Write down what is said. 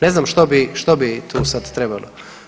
Ne znam što bi, što bi tu sad trebalo.